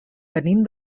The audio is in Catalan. venim